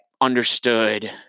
understood